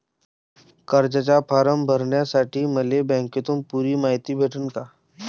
कर्जाचा फारम भरासाठी मले बँकेतून पुरी मायती भेटन का?